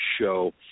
show